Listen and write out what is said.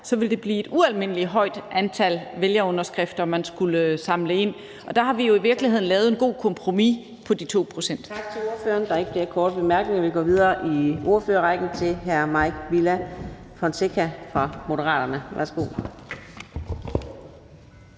ville det blive et ualmindelig højt antal vælgerunderskrifter, man skulle samle ind. Der har vi jo i virkeligheden lavet et godt kompromis på de 2 pct. Kl. 18:01 Fjerde næstformand (Karina Adsbøl): Tak til ordføreren. Der er ikke flere korte bemærkninger. Vi går videre i ordførerrækken til hr. Mike Villa Fonseca fra Moderaterne. Værsgo.